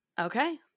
Okay